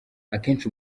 akenshi